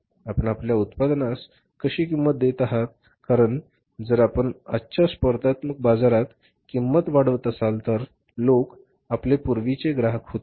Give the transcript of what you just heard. आपण आपल्या उत्पादनास कशी किंमत देत आहात कारण जर आपण आजच्या स्पर्धात्मक बाजारात किंमत वाढवत असाल तर लोक आपले पूर्वीचे ग्राहक होतील